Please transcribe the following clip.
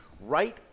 Right